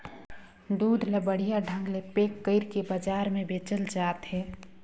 दूद ल बड़िहा ढंग ले पेक कइरके बजार में बेचल जात हे